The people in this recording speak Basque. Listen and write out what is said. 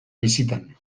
bizitan